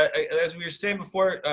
ah and as we were saying before,